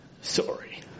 sorry